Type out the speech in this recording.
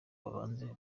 babanze